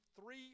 three